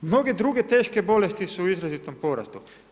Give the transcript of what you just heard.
I mnoge druge teške bolesti su u izrazitom porastu.